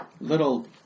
little